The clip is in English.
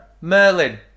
Merlin